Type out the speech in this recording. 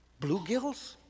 bluegills